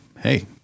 hey